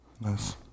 Nice